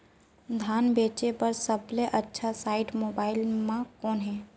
धान बेचे बर सबले अच्छा साइट मोबाइल म कोन हे?